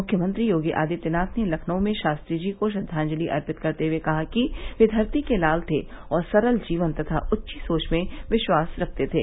मुख्यमंत्री योगी आदित्यानाथ ने लखनऊ में शास्त्री जी को श्रद्वांजलि अर्पित कस्ते हए कहा कि वे घस्ती के लाल थे और सरल जीवन तथा ऊंची सोच में विश्वास रखते थे